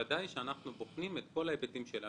בוודאי שאנחנו בוחנים את כל ההיבטים של ההשקעה.